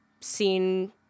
seen